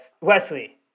wesley